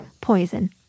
Poison